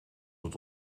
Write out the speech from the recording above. het